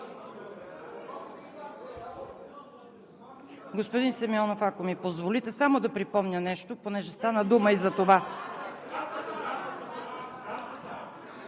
Господин Симеонов, ако ми позволите, само да припомня нещо, понеже стана дума и за това.